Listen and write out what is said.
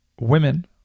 women